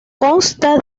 consta